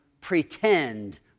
pretend